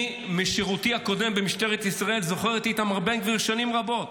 משירותי הקודם במשטרת ישראל אני זוכר את איתמר בן גביר שנים רבות,